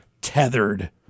tethered